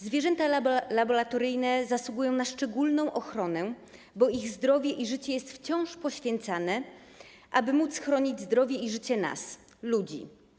Zwierzęta laboratoryjne zasługują na szczególną ochronę, bo ich zdrowie i życie jest wciąż poświęcane, aby móc chronić zdrowie i życie nas, ludzi.